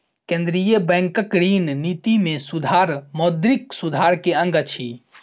केंद्रीय बैंकक ऋण निति में सुधार मौद्रिक सुधार के अंग अछि